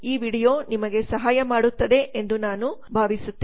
ಈ ವೀಡಿಯೊ ನಿಮಗೆ ಸಹಾಯ ಮಾಡುತ್ತದೆ ಎಂದು ನಾನು ಭಾವಿಸುತ್ತೇನೆ